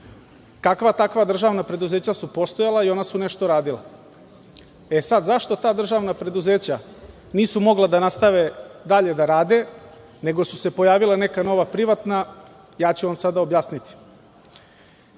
kakva-takva državna preduzeća su postojala i ona su nešto radila. Sad, zašto ta državna preduzeća nisu mogla da nastave dalje da rade, nego su se pojavila neka nova privatna? Ja ću vam sada objasniti. Kada